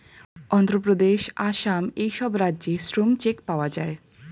অন্ধ্রপ্রদেশ, আসাম এই সব রাজ্যে শ্রম চেক পাওয়া যায়